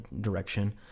direction